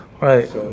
Right